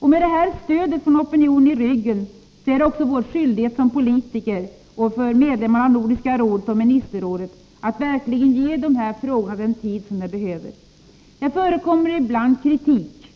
Med det här stödet från opinionen i ryggen är det också vår skyldighet som politiker och som medlemmar av Nordiska rådet och ministerrådet att verkligen ägna de här frågorna den tid som krävs. Det förekommer ibland kritik.